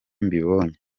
mbibonye